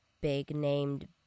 big-named